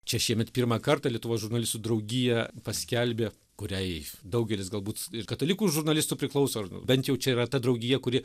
čia šiemet pirmą kartą lietuvos žurnalistų draugija paskelbė kuriai daugelis galbūt ir katalikų žurnalistų priklauso ar bent jau čia yra ta draugija kuri